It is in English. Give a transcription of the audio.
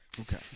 Okay